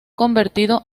convertido